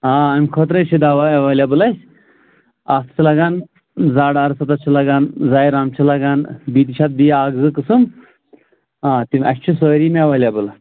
آ اَمہِ خٲطرٕ ہے چھُ دَوا اویلیٚبٕل اَسہِ اَتھ چھُ لَگان زَڈ آرتھو پُلس چھُ لَگان زَیرام چھُ لَگان بیٚیہِ تہِ چھِ اَتھ بیٚیہِ اَکھ زٕ قٕسم آ تِم اَسہِ چھِ سٲری یِم اَویلیٚبٕل